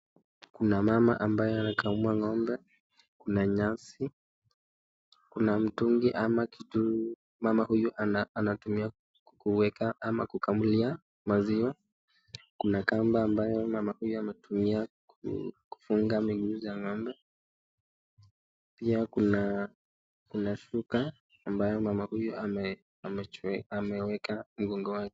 Kuna mama ambaye anakamua ng'ombe, amekalia nyasi, kuna kikombe ama mtungi mama huyu anatumia kuweka ama kukamulia maziwa, kuna kamba ambayo mama huyo anatumia kufunga miguu za ng'ombe, pia kuna shuka ambayo mama huyo ameweka mgongoni.